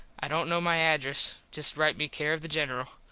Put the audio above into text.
i dont kno my address. just write me care of the general.